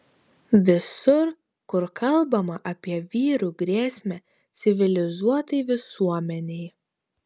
visur kur kalbama apie vyrų grėsmę civilizuotai visuomenei